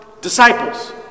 Disciples